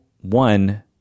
one